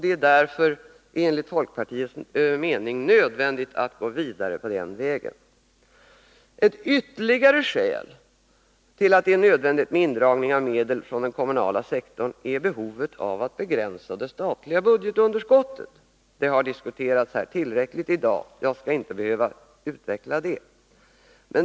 Det är därför enligt folkpartiets mening nödvändigt att gå vidare på denna väg. Ett ytterligare skäl till att det är nödvändigt med indragning av medel från den kommunala sektorn är behovet av att begränsa det statliga budgetunderskottet. Detta har diskuterats tillräckligt här i dag, och jag skall inte utveckla det.